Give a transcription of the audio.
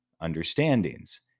understandings